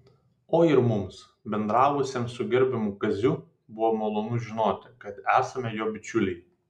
o ir mums bendravusiems su gerbiamu kaziu buvo malonu žinoti kad esame jo bičiuliai